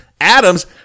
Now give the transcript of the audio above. Adams